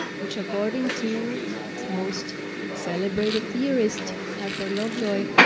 which according to its most celebrated theorist, arthur lovejoy,